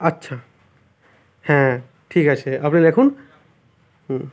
আচ্ছা হ্যাঁ ঠিক আছে আপনি লিখুন হুম